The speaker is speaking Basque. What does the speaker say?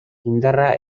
indarra